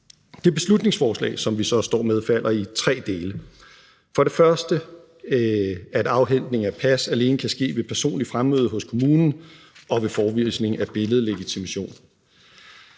Det beslutningsforslag, som vi så står med, falder i tre dele. For det første kan afhentning af pas alene ske ved personligt fremmøde hos kommunen og ved forevisning af billedlegitimation.